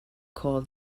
call